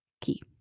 key